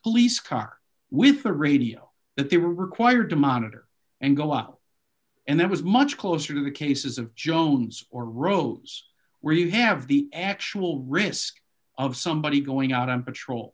police car with a radio that they were required to monitor and go up and that was much closer to the cases of jones or rose where you have the actual risk of somebody going out on patrol